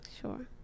sure